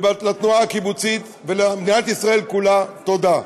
ולתנועה הקיבוצית ולמדינת ישראל כולה תודה.